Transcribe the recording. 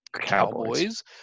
Cowboys